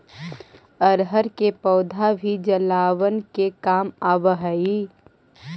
अरहर के पौधा भी जलावन के काम आवऽ हइ